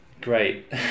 Great